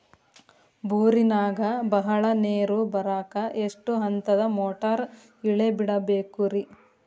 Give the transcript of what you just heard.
ಬೋರಿನಾಗ ಬಹಳ ನೇರು ಬರಾಕ ಎಷ್ಟು ಹಂತದ ಮೋಟಾರ್ ಇಳೆ ಬಿಡಬೇಕು ರಿ?